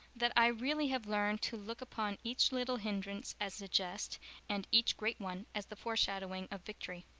that i really have learned to look upon each little hindrance as a jest and each great one as the foreshadowing of victory.